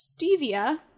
stevia